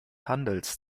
handels